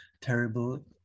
terrible